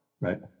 right